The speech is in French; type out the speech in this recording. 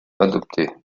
adopté